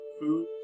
food